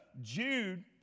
Jude